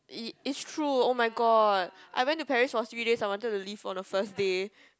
it it's true oh my god I went to Paris for three days I wanted to leave on the first day